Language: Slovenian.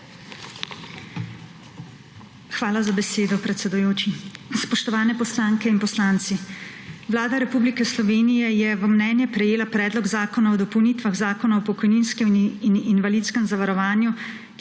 Hvala za besedo, predsedujoči. Spoštovani poslanke in poslanci! Vlada Republike Slovenije je v mnenje prejela Predlog zakona o dopolnitvah Zakona o pokojninskem in invalidskem zavarovanju,